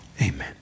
amen